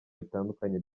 bitandukanye